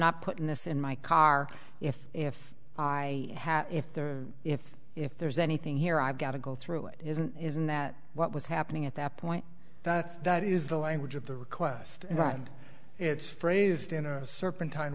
not putting this in my car if if i had if the if if there's anything here i've got to go through it isn't isn't that what was happening at that point that is the language of the requests that it's phrased in a serpentine